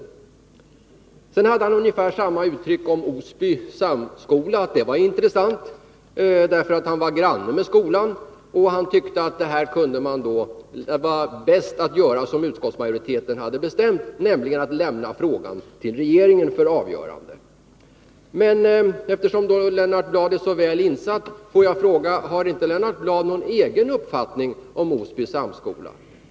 Lennart Bladh använde ungefär samma uttryck om Osby samskola, att den ”varintressant”, därför att han var granne med skolan. Han tyckte att det var bäst att göra som utskottsmajoriteten hade bestämt, nämligen att lämna frågan till regeringen för avgörande. Eftersom Lennart Bladh är så väl insatt skulle jag vilja fråga: Har inte Lennart Bladh någon egen uppfattning om Osby samskola?